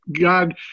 God